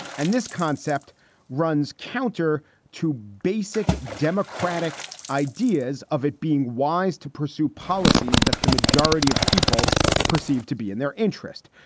and this concept runs counter to basic democratic ideas of it being wise to pursue policies that the majority of people perceived to be in their interest.